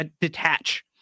detach